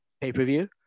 pay-per-view